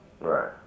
Right